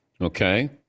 okay